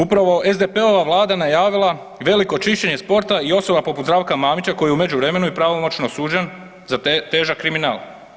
Upravo SDP-ova vlada najavila veliko čišćenje sporta i osoba poput Zdravka Mamića koji je u međuvremenu i pravomoćno za težak kriminal.